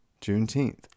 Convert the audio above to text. juneteenth